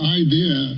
idea